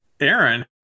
Aaron